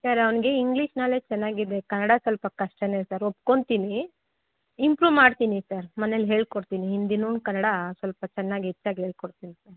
sir ಅವ್ನಿಗೆ English knowledge ಚೆನ್ನಾಗಿದೆ ಕನ್ನಡ ಸ್ವಲ್ಪ ಕಷ್ಟನೇ ಸರ್ ಒಪ್ಕೊತೀನಿ ಇಂಪ್ರೂವ್ ಮಾಡ್ತೀನಿ ಸರ್ ಮನೇಲಿ ಹೇಳ್ಕೊಡ್ತೀನಿ ಹಿಂದಿನು ಕನ್ನಡ ಸ್ವಲ್ಪ ಚೆನ್ನಾಗಿ ಹೆಚ್ಚಾಗಿ ಹೇಳ್ಕೊಡ್ತೀನಿ ಸರ್